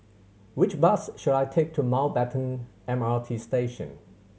which bus should I take to Mountbatten M R T Station